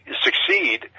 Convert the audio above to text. succeed